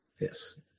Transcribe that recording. Yes